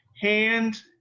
hand